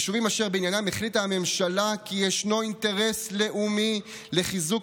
יישובים אשר בעניינם החליטה הממשלה כי ישנו אינטרס לאומי לחיזוק